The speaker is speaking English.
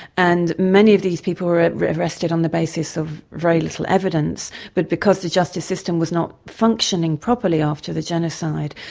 and many of these people were arrested on the basis of very little evidence, but because the justice system was not functioning properly after the genocide,